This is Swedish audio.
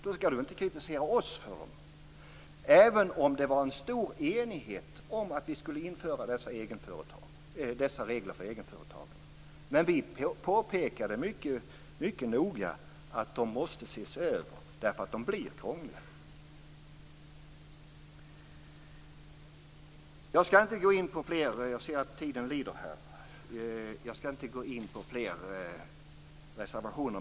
Då skall hon väl inte kritisera oss för dem? Även om det rådde en bred enighet om att vi skulle införa dessa regler för egenföretagarna så påpekade vi mycket noga att de måste ses över eftersom de blir krångliga. Jag skall inte gå inte på fler reservationer eftersom jag ser att tiden lider.